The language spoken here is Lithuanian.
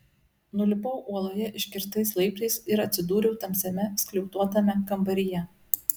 nulipau uoloje iškirstais laiptais ir atsidūriau tamsiame skliautuotame kambaryje